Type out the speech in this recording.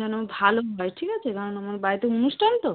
যেন ভালো হয় ঠিক আছে কারণ আমার বাড়িতে অনুষ্ঠান তো